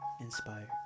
inspired